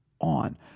on